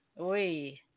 Oi